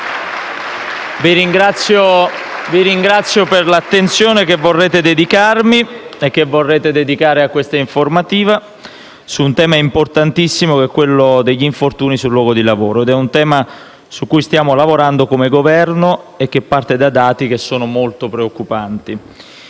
Vi ringrazio per l'attenzione che vorrete dedicarmi e che vorrete dedicare a questa informativa su un tema importantissimo, che è quello degli infortuni sul luogo di lavoro. È un tema su cui stiamo lavorando come Governo e che parte da dati che sono molto preoccupanti.